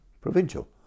provincial